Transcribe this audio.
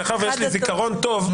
מאחר ויש לי זיכרון טוב,